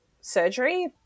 surgery